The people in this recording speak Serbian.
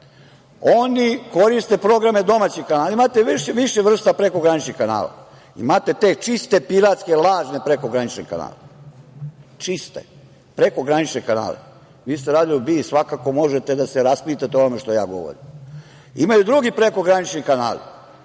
Oni koriste programe domaćih kanala, a imate više vrsta prekograničnih kanala. Imate te čiste piratske lažne, prekogranične kanale. Vi ste radili u BIA i svakako možete da se raspitate o onome što ja govorim. Imaju i drugi prekogranični kanali.